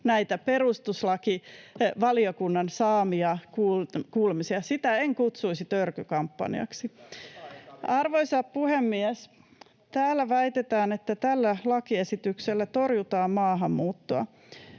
näitä perustuslakivaliokunnan saamia kuulemisia. Sitä en kutsuisi törkykampanjaksi. [Ben Zyskowicz: Katsokaa eka virke!] Arvoisa puhemies! Täällä väitetään, että tällä lakiesityksellä torjutaan maahanmuuttoa